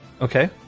Okay